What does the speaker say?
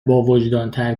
باوجدانتر